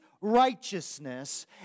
righteousness